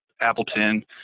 Appleton